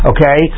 Okay